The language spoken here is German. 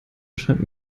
erscheint